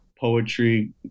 Poetry